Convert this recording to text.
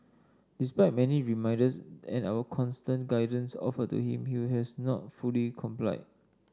despite many reminders and our constant guidance offered to him he has not fully complied